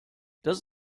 das